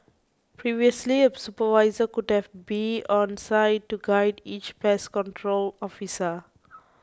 previously a supervisor would have to be on site to guide each pest control officer